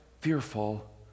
fearful